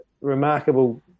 remarkable